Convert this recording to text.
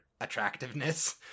attractiveness